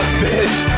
bitch